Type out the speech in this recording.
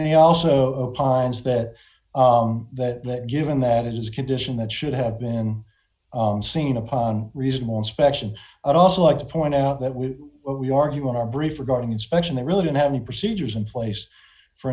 then he also pons that that given that it is a condition that should have been seen upon reasonable inspection i'd also like to point out that we argue on our brief regarding inspection they really didn't have any procedures in place for